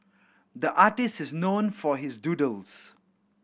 the artist is known for his doodles